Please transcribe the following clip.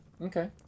Okay